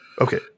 Okay